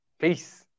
peace